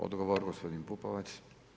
Odgovor gospodin Pupovac.